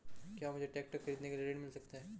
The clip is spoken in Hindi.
क्या मुझे ट्रैक्टर खरीदने के लिए ऋण मिल सकता है?